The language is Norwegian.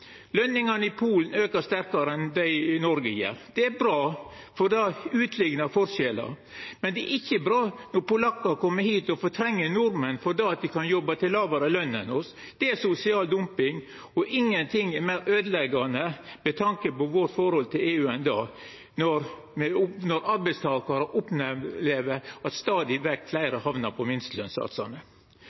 Lønningane i Polen aukar sterkare enn dei gjer i Noreg. Det er bra, for det utliknar forskjellar. Men det er ikkje bra at polakkar kjem hit og fortrengjer nordmenn fordi dei kan jobba for ei lågare løn enn me. Det er sosial dumping. Ingenting er meir øydeleggjande – med tanke på forholdet vårt til EU – enn at arbeidstakarar stadig vekk opplever at fleire hamnar på